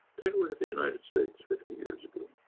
take a look at the united states fifty years ago,